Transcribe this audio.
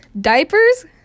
Diapers